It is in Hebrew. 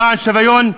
למען שוויון מלא,